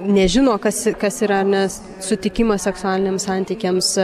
nežino kas kas yra ne sutikimas seksualiniams santykiams